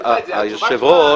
היושב ראש,